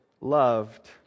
loved